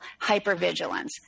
hypervigilance